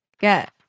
get